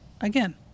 Again